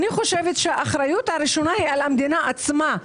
אני חושבת שהאחריות הראשונה היא על המדינה עצמה.